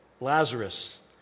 Lazarus